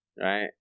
right